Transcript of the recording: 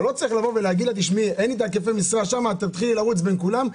אבל לא צריך לומר לה: אין לי היקפי המשרה שם תרוצי בין כולם.